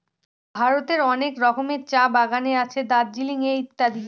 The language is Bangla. ভারতের অনেক রকমের চা বাগানে আছে দার্জিলিং এ ইত্যাদি